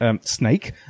snake